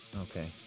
Okay